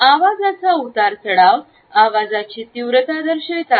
आवाजाचा उतार चढाव आवाजाची तीव्रता दर्शवितात